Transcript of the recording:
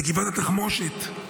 בגבעת התחמושת,